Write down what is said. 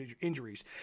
injuries